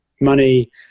money